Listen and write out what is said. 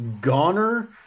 goner